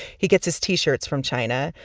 he gets his t-shirts from china,